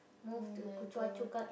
!oh-my-God!